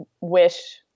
wish